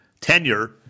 tenure